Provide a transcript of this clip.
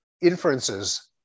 inferences